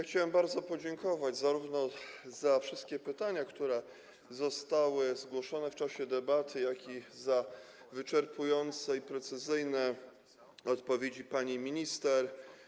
Chciałem bardzo podziękować zarówno za wszystkie pytania, które zostały zgłoszone w czasie debaty, jak i za wyczerpujące i precyzyjne odpowiedzi pani minister.